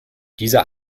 dieser